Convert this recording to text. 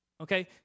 okay